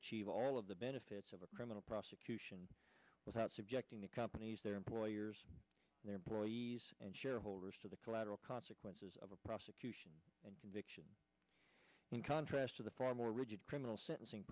achieve all of the benefits of a criminal prosecution without subjecting the companies their employers their employees and shareholders to the collateral consequences of a prosecution and conviction in contrast to the far more rigid criminal sentencing